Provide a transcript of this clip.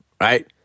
right